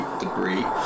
debris